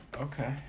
Okay